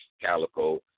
Calico